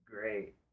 great